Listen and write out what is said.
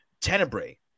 Tenebrae